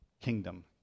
kingdom